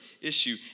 issue